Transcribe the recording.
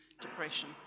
depression